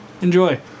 Enjoy